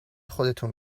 خودتون